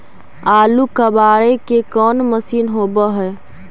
आलू कबाड़े के कोन मशिन होब है?